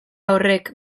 horrek